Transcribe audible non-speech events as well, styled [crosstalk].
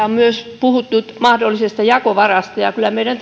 [unintelligible] on myös puhuttu mahdollisesta jakovarasta ja ja kyllä meidän [unintelligible]